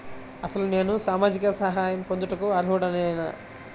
అసలు నేను సామాజిక సహాయం పొందుటకు అర్హుడనేన?